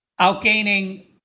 outgaining